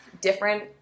different